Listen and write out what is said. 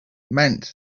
meant